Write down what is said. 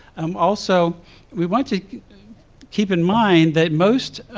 um also we want to keep in mind that most